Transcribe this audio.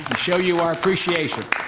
show you our appreciation.